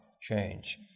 change